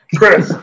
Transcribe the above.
Chris